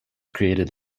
created